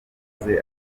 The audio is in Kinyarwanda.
wahoze